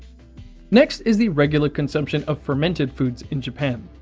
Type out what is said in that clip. next is the regular consumption of fermented foods in japan.